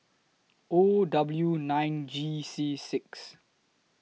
O W nine G C six